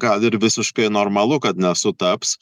gal ir visiškai normalu kad nesutaps